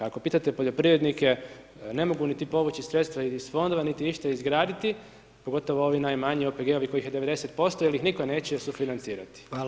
Ako pitate poljoprivrednike ne mogu niti povući sredstva iz fondova niti išta izgraditi, pogotovo ovi najmanji OPG-ove koji he 90% jel ih niko neće sufinancirati.